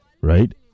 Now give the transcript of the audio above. right